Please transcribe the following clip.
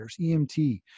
EMT